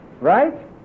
right